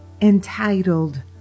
entitled